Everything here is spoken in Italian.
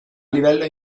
livello